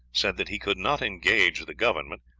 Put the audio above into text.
said that he could not engage the government,